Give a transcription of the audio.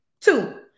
Two